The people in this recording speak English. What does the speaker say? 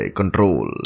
control